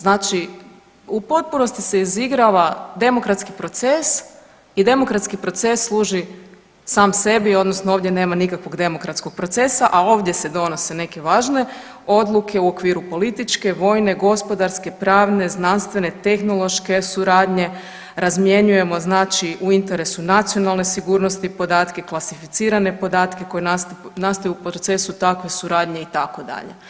Znači u potpunosti se izigrava demokratski proces i demokratski proces služi sam sebi odnosno ovdje nema nikakvog demokratskog procesa, a ovdje se donose neke važne odluke u okviru političke, vojne, gospodarske, pravne, znanstvene, tehnološke suradnje, razmjenjujemo znači u interesu nacionalne sigurnosti podatke, klasificirane podatke koji nastaju u procesu takve suradnje itd.